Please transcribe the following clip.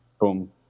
Boom